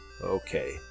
Okay